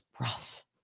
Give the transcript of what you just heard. rough